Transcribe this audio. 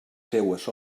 seues